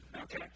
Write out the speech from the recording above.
okay